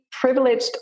privileged